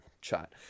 chat